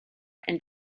and